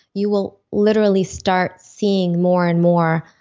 you will literally start seeing more and more,